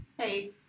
Hey